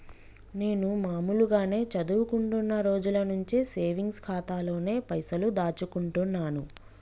నేను మామూలుగానే చదువుకుంటున్న రోజుల నుంచి సేవింగ్స్ ఖాతాలోనే పైసలు దాచుకుంటున్నాను